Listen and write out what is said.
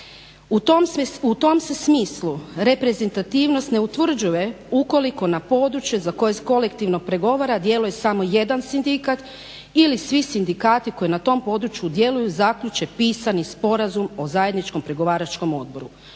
U tom se smislu reprezentativnost ne utvrđuje ukoliko na područje za koje kolektivno pregovara djeluje samo jedan sindikat ili svi sindikati koji na tom području djeluju zaključe pisani Sporazum o zajedničkom pregovaračkom odboru.